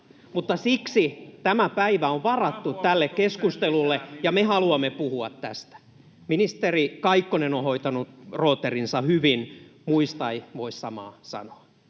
Mutta siksi tämä päivä on varattu tälle keskustelulle, ja me haluamme puhua tästä. Ministeri Kaikkonen on hoitanut rootelinsa hyvin, muista ei voi samaa sanoa.